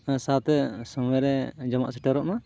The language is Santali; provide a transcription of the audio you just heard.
ᱥᱟᱶᱛᱮ ᱥᱩᱢᱟᱹᱭᱨᱮ ᱡᱚᱢᱟᱜ ᱥᱮᱴᱮᱨᱚᱜ ᱢᱟ